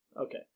Okay